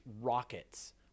rockets